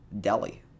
Delhi